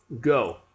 Go